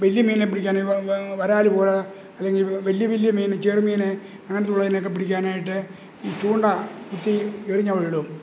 വലിയ മീനിനെ പിടിക്കാൻ വരാൽ പോലെ അല്ലെങ്കിൽ വലിയ വലിയ മീൻ ചെറുമീൻ അങ്ങനെ ഉള്ളതിനെയൊക്കെ പിടിക്കാനായിട്ട് ചൂണ്ട കുത്തി എറിഞ്ഞ് അവിടെയിടും